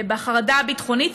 בחרדה הביטחונית,